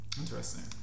Interesting